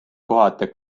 kohata